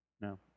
No